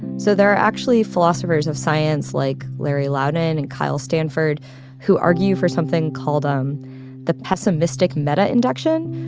so there are actually philosophers of science like larry laudan and kyle stanford who argue for something called um the pessimistic meta-induction,